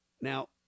Now